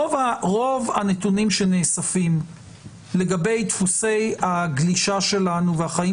רוב הנתונים שנאספים לגבי דפוסי הגלישה שלנו והחיים